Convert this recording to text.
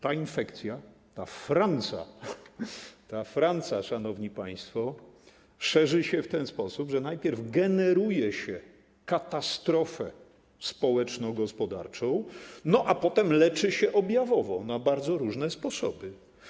Ta infekcja, ta franca, szanowni państwo, szerzy się w ten sposób: najpierw generuje się katastrofę społeczno-gospodarczą, a potem leczy się objawowo na bardzo różne sposoby.